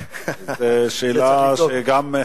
זו שאלה שגם,